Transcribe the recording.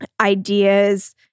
ideas